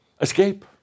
Escape